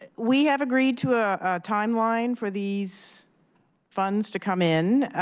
we have agreed to a timeline for these funds to come in.